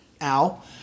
Al